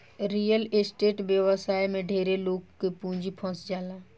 real estate व्यवसाय में ढेरे लोग के पूंजी फंस जाला